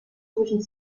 zwischen